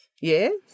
Yes